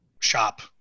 shop